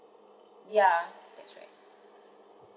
ya that's right